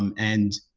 um and